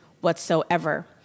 whatsoever